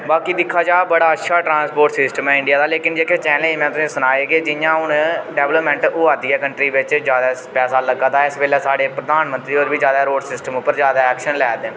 बाकी दिक्खा जा बड़ा अच्छा ट्रांसपोर्ट सिस्टम ऐ इंडिया दा लेकिन जेह्के चैलेंज न तुसें गी सनाये की जि'यां हून डेवेलपमेंट होआ करदी ऐ कंट्री बिच जादै पैसा लग्गा दा ऐ इस बेल्लै साढ़े प्रधानमंत्री होर बी जादै रोड सिस्टम उप्पर जादै एक्शन लै दे न